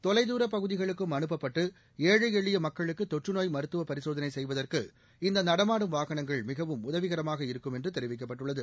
தொலைதூரப் பகுதிகளுக்கும் அனுப்பப்பட்டு ஏழை எளிய மக்களுக்கு தொற்றுநோய் மருத்துவ பரிசேதனை செய்வதற்கு இந்த நடமாடும் வாகனங்கள் மிகவும் உதவிகரமாக இருக்கும் என்று தெரிவிக்கப்பட்டுள்ளது